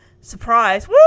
Surprise